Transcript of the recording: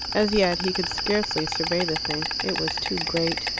as yet he could scarcely survey the thing. it was too great.